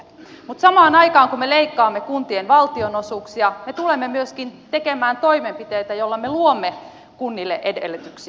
mutta samaan aikaan kun me leikkaamme kuntien valtionosuuksia me tulemme myöskin tekemään toimenpiteitä joilla me luomme kunnille edellytyksiä